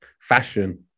fashion